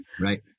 Right